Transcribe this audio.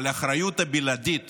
אבל האחריות הבלעדית